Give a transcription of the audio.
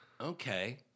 Okay